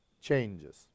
changes